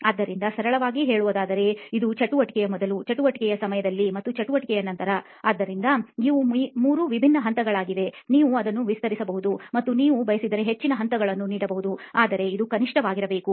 ಆದ್ದರಿಂದ ಸರಳವಾಗಿ ಹೇಳುವುದಾದರೆ ಇದು ಚಟುವಟಿಕೆಯ ಮೊದಲು ಚಟುವಟಿಕೆಯ ಸಮಯದಲ್ಲಿ ಮತ್ತು ಚಟುವಟಿಕೆಯ ನಂತರ ಆದ್ದರಿಂದ ಇವು ಮೂರು ವಿಭಿನ್ನ ಹಂತಗಳಾಗಿವೆ ನೀವು ಅದನ್ನು ವಿಸ್ತರಿಸಬಹುದು ಮತ್ತು ನೀವು ಬಯಸಿದರೆ ಹೆಚ್ಚಿನ ಹಂತಗಳನ್ನು ನೀಡಬಹುದು ಆದರೆ ಇದು ಕನಿಷ್ಠವಾಗಿರಬೇಕು